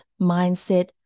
mindset